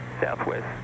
southwest